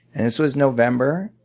and this was november,